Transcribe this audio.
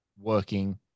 working